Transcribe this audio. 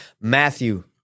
Matthew